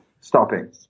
stopping